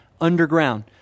underground